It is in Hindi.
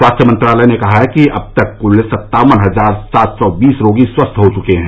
स्वास्थ्य मंत्रालय ने कहा है कि अब तक कुल सत्तावन हजार सात सौ बीस रोगी स्वस्थ हो चुके हैं